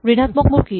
ঋণাত্মকবোৰ কি